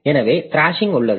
எனவே த்ராஷிங் உள்ளது